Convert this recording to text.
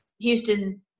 Houston